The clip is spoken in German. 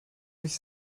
durch